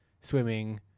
swimming